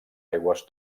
aigües